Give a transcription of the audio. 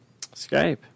Skype